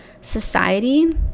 society